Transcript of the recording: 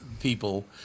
people